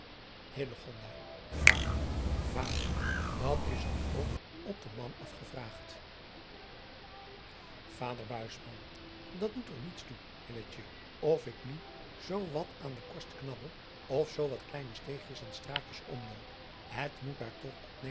ader vader dat is nu ook op den man af gevraagd ader at doet er niets toe of ik nu zoo wat aan de korst knabbel of zoo wat kleine steegjes en straatjes omloop het moet daar toch